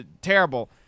terrible